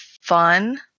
fun